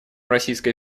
российская